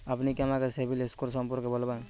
আপনি কি আমাকে সিবিল স্কোর সম্পর্কে বলবেন?